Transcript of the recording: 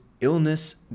illness